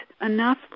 enough